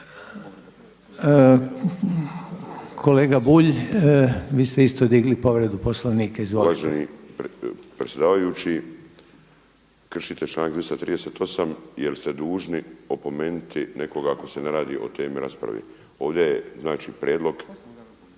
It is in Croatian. Kolega Bulj vi ste isto digli povredu Poslovnika, izvolite. **Bulj, Miro (MOST)** Uvaženi predsjedavajući, kršite članak 238. jer ste dužni opomenuti nekoga ako se ne radi o temi rasprave. Ovdje je znači prijedlog